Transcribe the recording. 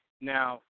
Now